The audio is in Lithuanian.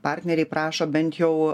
partneriai prašo bent jau